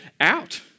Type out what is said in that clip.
out